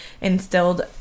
instilled